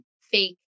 fake